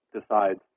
decides